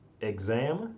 Exam